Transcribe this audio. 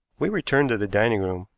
we returned to the dining-room,